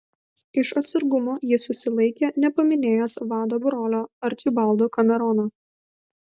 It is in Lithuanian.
iš atsargumo jis susilaikė nepaminėjęs vado brolio arčibaldo kamerono